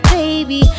baby